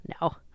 no